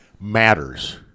matters